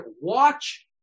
watch